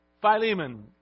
Philemon